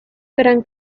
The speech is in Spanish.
gran